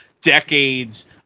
decades